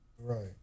Right